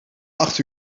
acht